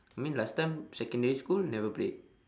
I mean last time secondary school you never play